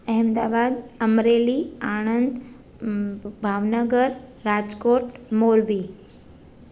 Ahmedabad Amreli Anand Bhavnagar Rajkot Morbi